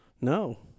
No